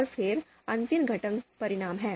और फिर अंतिम घटक परिणाम है